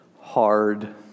hard